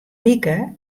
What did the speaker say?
wike